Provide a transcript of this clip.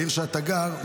העיר שבה אתה גר,